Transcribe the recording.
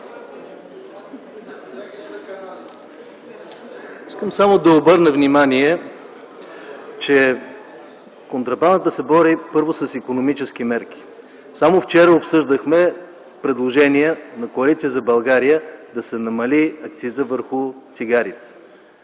Искам само да обърна внимание, че контрабандата се бори първо с икономически мерки. Само вчера обсъждахме предложение на Коалиция за България да се намали акцизът върху цигарите,